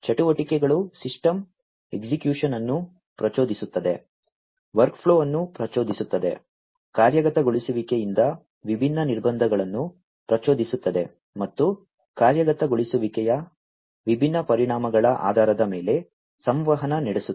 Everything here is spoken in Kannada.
ಚಟುವಟಿಕೆಗಳು ಸಿಸ್ಟಮ್ ಎಕ್ಸಿಕ್ಯೂಶನ್ ಅನ್ನು ಪ್ರಚೋದಿಸುತ್ತದೆ ವರ್ಕ್ಫ್ಲೋ ಅನ್ನು ಪ್ರಚೋದಿಸುತ್ತದೆ ಕಾರ್ಯಗತಗೊಳಿಸುವಿಕೆಯಿಂದ ವಿಭಿನ್ನ ನಿರ್ಬಂಧಗಳನ್ನು ಪ್ರಚೋದಿಸುತ್ತದೆ ಮತ್ತು ಕಾರ್ಯಗತಗೊಳಿಸುವಿಕೆಯ ವಿಭಿನ್ನ ಪರಿಣಾಮಗಳ ಆಧಾರದ ಮೇಲೆ ಸಂವಹನ ನಡೆಸುತ್ತದೆ